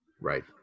Right